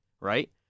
right